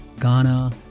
Ghana